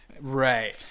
Right